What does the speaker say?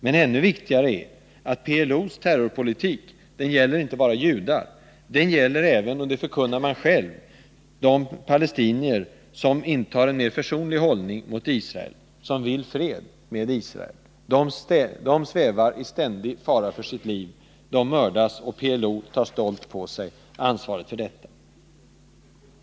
Men ännu viktigare är att PLO:s terrorpolitik gäller inte bara judar; den gäller även — det säger man själv — de palestinier som intar en mer försonlig hållning mot Israel, som vill fred med Israel. De svävar i ständig fara för sitt liv. De mördas, och PLO tar stolt på sig ansvaret för det.